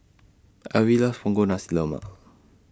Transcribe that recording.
Alvie loves Punggol Nasi Lemak